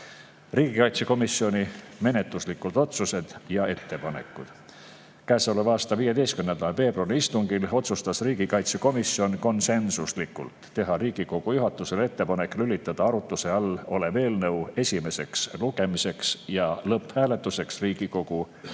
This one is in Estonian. Riigikaitsekomisjoni menetluslikud otsused ja ettepanekud. Käesoleva aasta 15. veebruari istungil otsustas riigikaitsekomisjon konsensuslikult teha Riigikogu juhatusele ettepaneku lülitada arutuse all olev eelnõu esimeseks lugemiseks ja lõpphääletuseks Riigikogu